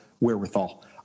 wherewithal